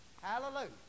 Hallelujah